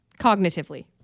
cognitively